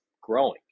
growing